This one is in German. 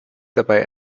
dabei